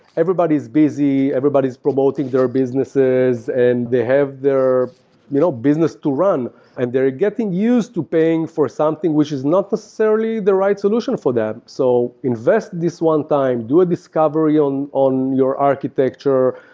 everybody is busy, everybody is promoting businesses and they have their you know business to run and they're getting used to paying for something which is not necessarily the right solution for that. so invest this one time. do a discovery on on your architecture,